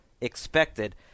expected